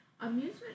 amusement